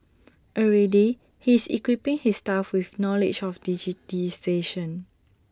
already he is equipping his staff with knowledge of digitisation